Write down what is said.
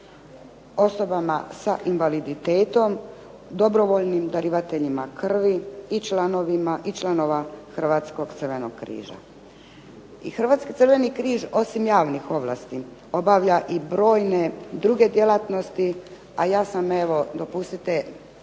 osobama sa invaliditetom, dobrovoljnim darivateljima krvi i članovima Hrvatskog crvenog križa. Hrvatski crveni križ osim javnih ovlasti obavlja brojne druge djelatnosti, a ja sam evo dopustite,